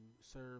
serve